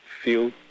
feel